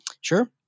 Sure